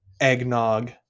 eggnog